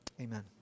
Amen